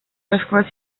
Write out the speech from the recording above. расклад